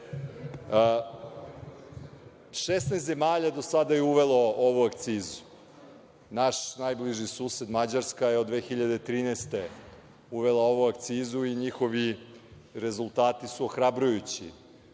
zemalja do sada je uvelo ovu akcizu. Naš najbliži sused, Mađarska je od 2013. godine uvela ovu akcizu i njihovi rezultati su ohrabrujući.